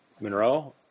Monroe